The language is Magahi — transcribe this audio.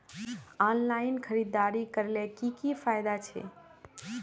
ऑनलाइन खरीदारी करले की की फायदा छे?